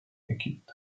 equipped